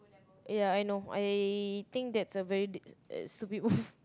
ya I know I think that's a very d~ uh stupid move